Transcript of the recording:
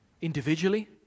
Individually